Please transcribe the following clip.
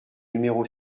numéro